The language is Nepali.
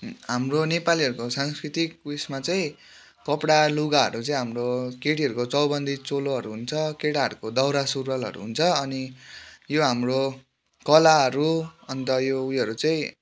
हाम्रो नेपालीहरूको सांस्कृतिक उयोसमा चाहिँ कपडा लुगाहरू चाहिँ हाम्रो केटीहरूको चौबन्दी चोलोहरू हुन्छ केटाहरूको दौरा सुरुवालहरू हुन्छ अनि यो हाम्रो कलाहरू अन्त यो उयोहरू चाहिँ